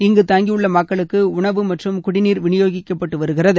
இங்கு தங்கியுள்ள மக்களுக்கு உணவு மற்றும் குடிநீர் விநியோகிக்கப்பட்டு வருகிறது